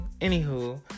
Anywho